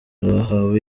rwahawe